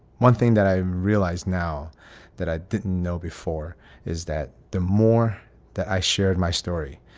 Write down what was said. one thing that i realized now that i didn't know before is that the more that i shared my story,